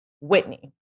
Whitney